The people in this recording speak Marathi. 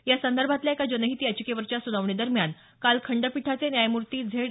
यासंदर्भातल्या एका जनहित याचिकेवरच्या सुनावणीदरम्यान काल खंडपीठाचे न्यायमूर्ती झेड